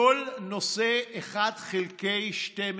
בכל הנושא של 1 חלקי 12,